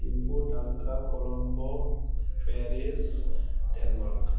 Thimphu Dhaka columbus Paris Denmark